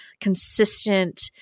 consistent